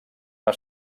una